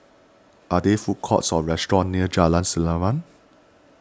are there food courts or restaurants near Jalan Selimang